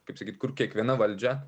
kaip sakyt kur kiekviena valdžia